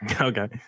Okay